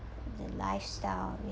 the lifestyle